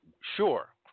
Sure